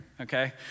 okay